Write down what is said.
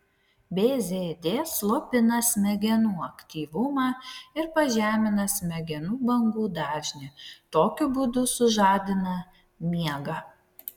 bzd slopina smegenų aktyvumą ir pažemina smegenų bangų dažnį tokiu būdu sužadina miegą